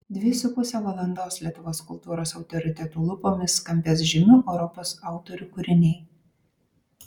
dvi su puse valandos lietuvos kultūros autoritetų lūpomis skambės žymių europos autorių kūriniai